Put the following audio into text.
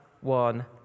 one